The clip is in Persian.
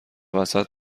وسط